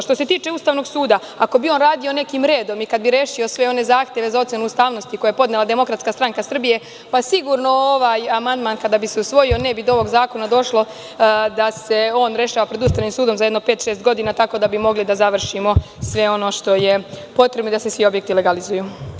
Što se tiče Ustavnog suda, ako bi on radio nekim redom i kad bi rešio sve one zahteve za ocenu ustavnosti koje je podnela DSS, sigurno ovaj amandman kada bi se usvojio ne bi do ovog zakona došlo da se on rešava pred Ustavnim sudom, za jedno pet, šest godina, tako da bismo mogli da završimo sve ono što je potrebno i da se svi objekti legalizuju.